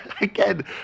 again